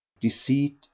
deceit